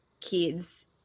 kids